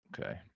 Okay